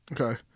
okay